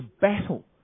battle